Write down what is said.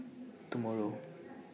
tomorrow